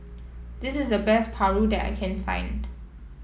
this is the best Paru that I can find